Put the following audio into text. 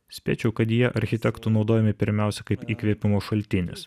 spėčiau kad jie architektų naudojami pirmiausia kaip įkvėpimo šaltinis